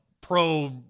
pro